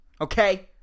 Okay